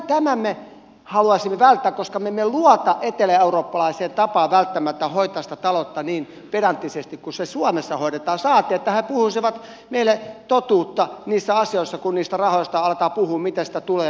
tämän me haluaisimme välttää koska me emme luota eteläeurooppalaiseen tapaan välttämättä hoitaa sitä taloutta niin pedanttisesti kuin se suomessa hoidetaan saati että he puhuisivat meille totuutta niissä asioissa kun niistä rahoista aletaan puhua miten sitä tulee ja miten sitä menee